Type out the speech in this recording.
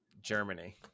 Germany